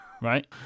Right